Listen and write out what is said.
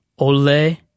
Ole